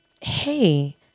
hey